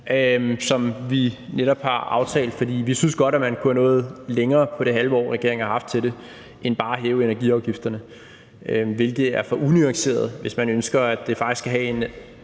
som vi netop har aftalt. For vi synes godt, at man kunne have nået længere på det halve år, som regeringen har haft til det, end bare at hæve energiafgifterne, hvilket er for unuanceret, hvis man ønsker, at det faktisk skal have en